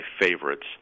favorites